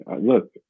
Look